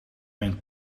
een